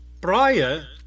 prior